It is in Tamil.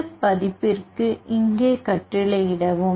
இந்த பதிப்பிற்கு இங்கே கட்டளையிடவும்